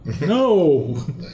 No